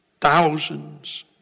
thousands